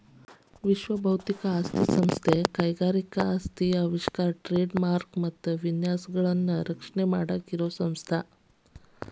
ವಿಶ್ವ ಬೌದ್ಧಿಕ ಆಸ್ತಿ ಸಂಸ್ಥೆ ಕೈಗಾರಿಕಾ ಆಸ್ತಿ ಆವಿಷ್ಕಾರ ಟ್ರೇಡ್ ಮಾರ್ಕ ಮತ್ತ ವಿನ್ಯಾಸಗಳನ್ನ ರಕ್ಷಣೆ ಮಾಡಾಕ ಇರೋ ಸಂಸ್ಥೆ